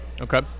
Okay